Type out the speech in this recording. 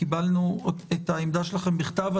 קיבלנו את העמדה שלכם בכתב.